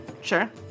Sure